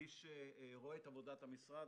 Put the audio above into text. מי שרואה את עבודת המשרד,